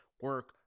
Work